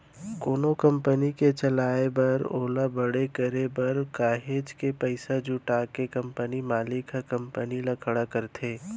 कोनो कंपनी के चलाए बर ओला खड़े करे बर काहेच के पइसा जुटा के कंपनी मालिक ह कंपनी ल खड़ा करथे